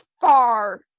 far